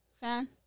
fan